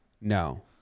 No